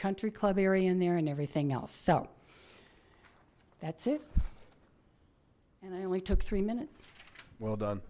country club area in there and everything else so that's it and i only took three minutes well done